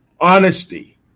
Honesty